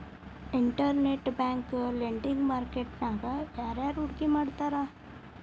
Internet bank lending market ನ್ಯಾಗ ಯಾರ್ಯಾರ್ ಹೂಡ್ಕಿ ಮಾಡ್ತಾರ?